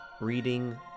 reading